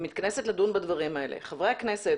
חברי הכנסת,